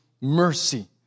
mercy